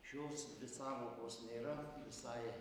šios dvi sąvokos nėra visai